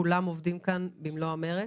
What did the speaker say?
כולם עובדים כאן במלוא המרץ,